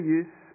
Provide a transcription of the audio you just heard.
use